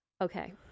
Okay